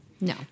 no